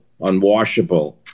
unwashable